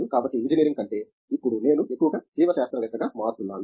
కాబట్టి ఇంజనీరింగ్ కంటే ఇప్పుడు నేను ఎక్కువగా జీవశాస్త్రవేత్తగా మారుతున్నాను